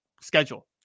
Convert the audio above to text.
schedule